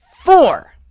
four